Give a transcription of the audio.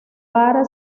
vara